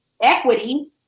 equity